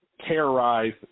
terrorize